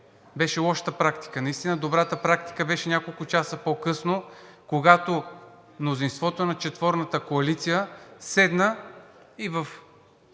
беше лошата практика. Наистина добрата практика беше няколко часа по късно, когато мнозинството на четворната коалиция седна и в